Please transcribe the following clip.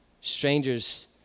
Strangers